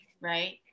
right